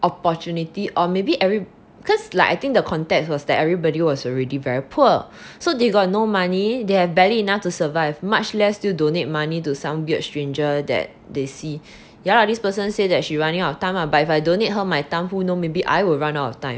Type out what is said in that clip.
opportunity or maybe every cause like I think the context was like everybody was already very poor so they got no money there are barely enough to survive much less still donate money to some weird stranger that they see yeah lah this person say that she running out of time lah but if I donate her my time who know maybe I will run out of time